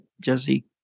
Jesse